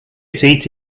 seat